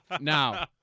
Now